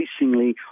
increasingly